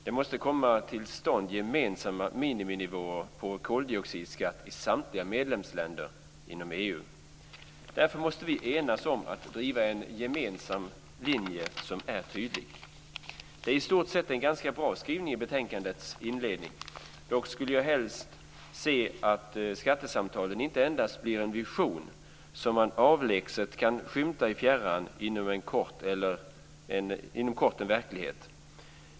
Det måste komma till stånd gemensamma miniminivåer på koldioxidskatt i samtliga medlemsländer inom EU. Därför måste vi enas om att driva en gemensam linje som är tydlig. Det är i stort sett en ganska bra skrivning i betänkandets inledning. Dock skulle jag helst se att skattesamtalen inte endast blir en vision som man avlägset kan skymta i fjärran utan inom kort blir verklighet.